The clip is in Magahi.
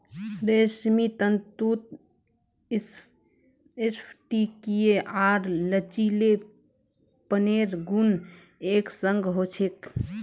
रेशमी तंतुत स्फटिकीय आर लचीलेपनेर गुण एक संग ह छेक